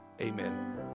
Amen